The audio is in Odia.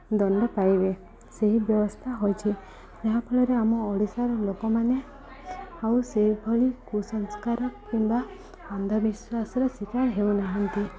ଦଣ୍ଡ ପାଇବେ ସେହି ବ୍ୟବସ୍ଥା ହୋଇଛି ଯାହା ଫଳରେ ଆମ ଓଡ଼ିଶାର ଲୋକମାନେ ଆଉ ସେଭଳି କୁସଂସ୍କାର କିମ୍ବା ଅନ୍ଧବିଶ୍ୱାସରେ ଶିକାର ହେଉନାହାନ୍ତି